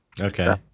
Okay